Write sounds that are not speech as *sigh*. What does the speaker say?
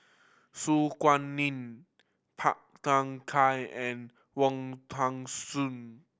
Su Guaning Phua Thin Kiay and Wong Tuang *unintelligible*